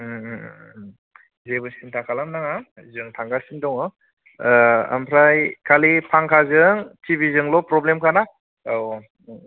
जेबो सिन्था खालामनाङा जों थांगासिनो दङ ओमफ्राय खालि फांखाजों टिभिजोंल' प्रब्लेमखाना औ औ